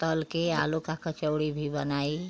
तल कर आलू का कचौड़ी भी बनाई